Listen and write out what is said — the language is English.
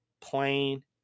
Plain